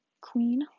queen